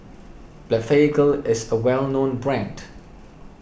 Blephagel is a well known brand